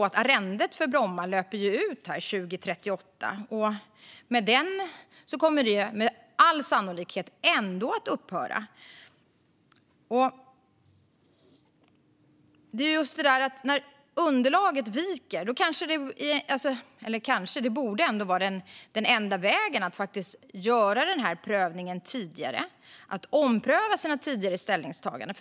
Arrendet för Bromma löper ut 2038. Då kommer med all sannolikhet all verksamhet ändå att upphöra. När underlaget viker borde en prövning var enda vägen, det vill säga att ompröva sina tidigare ställningstaganden.